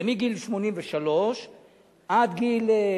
זה מגיל 83 עד גיל,